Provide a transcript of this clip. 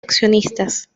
accionistas